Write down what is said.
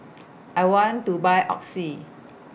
I want to Buy Oxy